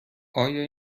آیا